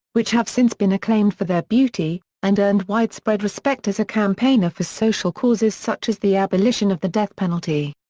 which have since been acclaimed for their beauty, and earned widespread respect as a campaigner for social causes such as the abolition of the death penalty.